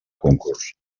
concurs